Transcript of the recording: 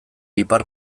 ipar